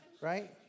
right